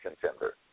contender